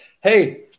Hey